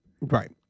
right